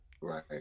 Right